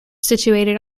situated